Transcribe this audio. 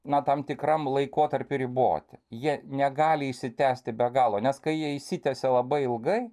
na tam tikram laikotarpiui riboti jie negali išsitęsti be galo nes kai jie išsitęsia labai ilgai